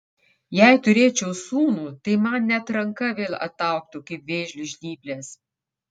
jei turėčiau sūnų tai man net ranka vėl ataugtų kaip vėžliui žnyplės